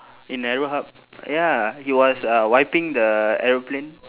in aero hub ya he was uh wiping the aeroplane